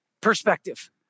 perspective